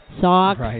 socks